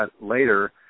later